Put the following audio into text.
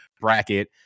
bracket